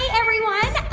everyone.